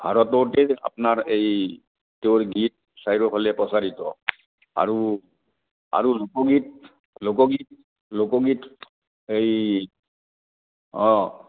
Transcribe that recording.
ভাৰততেই আপোনাৰ এই তেওঁৰ গীত চাৰিওফালে প্ৰচাৰিত আৰু আৰু লোকগীত লোকগীত লোকগীত এই অ'